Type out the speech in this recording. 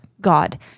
God